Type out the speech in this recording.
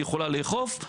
היא יכולה לאכוף.